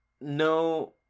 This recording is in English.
No